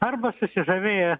arba susižavėję